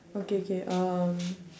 okay K um